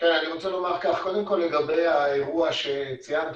קודם כל לגבי האירוע שציינת,